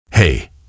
Hey